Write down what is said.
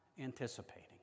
anticipating